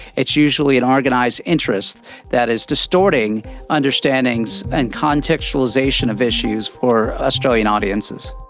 it's usually an organised interest that is distorting understandings and contextualisation of issues for australian audiences.